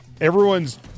everyone's